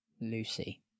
Lucy